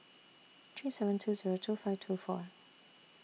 three seven two Zero two five two four